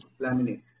laminate